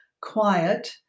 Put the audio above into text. quiet